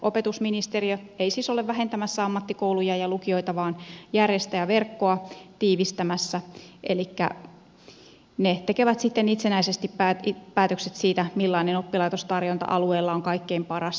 opetusministeriö ei siis ole vähentämässä ammattikouluja ja lukioita vaan järjestäjäverkkoa tiivistämässä elikkä ne tekevät sitten itsenäisesti päätökset siitä millainen oppilaitostarjonta alu eella on kaikkein paras